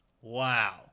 Wow